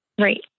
Right